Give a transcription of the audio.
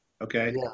Okay